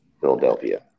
Philadelphia